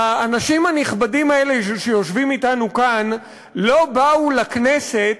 האנשים הנכבדים האלה שיושבים אתנו כאן לא באו לכנסת